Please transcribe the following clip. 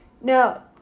now